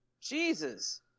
Jesus